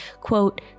quote